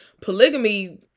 polygamy